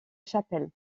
chapelle